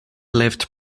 lived